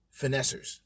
finessers